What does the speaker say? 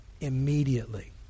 immediately